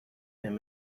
and